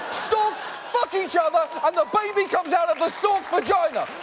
storks fuck each other, and the baby comes out of the stork's vagina!